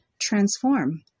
transform